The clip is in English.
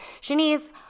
Shanice